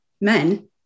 men